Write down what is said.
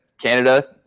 Canada